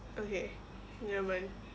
okay nevermind